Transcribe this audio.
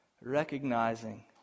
recognizing